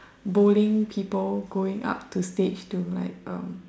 bowling people going up to stage to like um